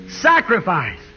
Sacrifice